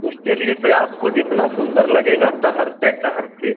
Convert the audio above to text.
उसके लिए तो आपको जितना सुंदर लगेगा टहलते टहलते